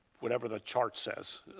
whatever the chart says.